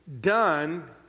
done